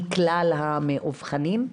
מכלל המאובחנים?